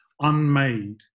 unmade